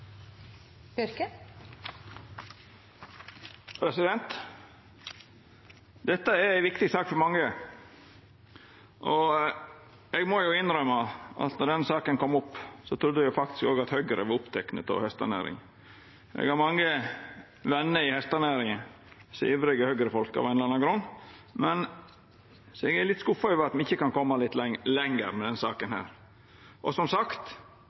Dette er ei viktig sak for mange, og eg må innrømma at då denne saka kom opp, trudde eg faktisk òg at Høgre var opptekne av hestenæring. Eg har mange vener i hestenæringa som er ivrige Høgre-folk av ein eller annan grunn, så eg er litt skuffa over at me ikkje kan koma litt lenger med denne saka. Som sagt: